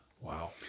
Wow